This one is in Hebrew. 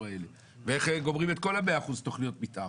האלה ואיך גומרים את כל ה-100% תכניות מתאר.